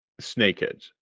snakeheads